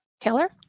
Taylor